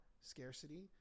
scarcity